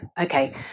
okay